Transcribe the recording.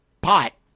pot